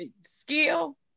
skill